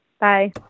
Bye